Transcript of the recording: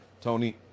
Tony